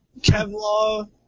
Kevlar